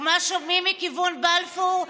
ומה שומעים מכיוון בלפור?